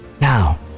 Now